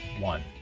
one